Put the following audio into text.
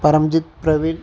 Paramjit Praveen